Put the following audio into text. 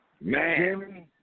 Man